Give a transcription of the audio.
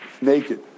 naked